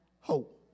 hope